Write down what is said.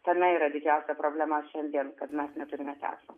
tame yra didžiausia problema šiandien kad mes neturime teatro